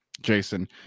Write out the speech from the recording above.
Jason